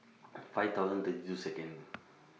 five thousand and thirty two Second